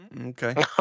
Okay